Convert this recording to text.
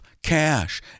cash